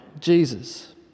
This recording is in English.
Jesus